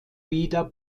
wieder